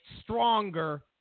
stronger